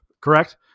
correct